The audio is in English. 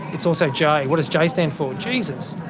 it's also j, what does j stand for? jesus!